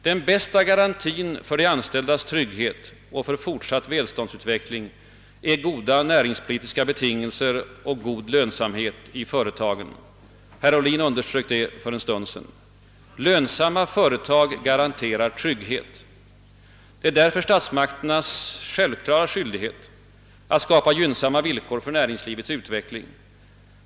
Den bästa garantin för de anställdas trygghet och för fortsatt välståndsutveckling är goda näringspolitiska betingelser och god lönsamhet i företagen; herr Ohlin underströk det för en stund sedan. Lönsamma företag garanterar trygghet. Det är därför statsmakternas självklara skyldighet att skapa gynnsamma villkor för näringslivets utveckling.